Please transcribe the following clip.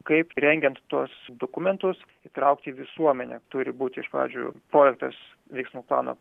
kaip rengiant tuos dokumentus įtraukti visuomenę turi būti iš pradžių projektas veiksmų plano